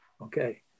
Okay